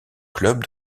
club